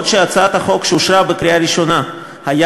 לפי הצעת החוק שאושרה בקריאה הראשונה היה